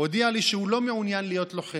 הוא הודיע לי שהוא לא מעוניין להיות לוחם.